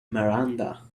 miranda